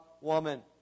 woman